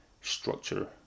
structure